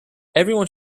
everyone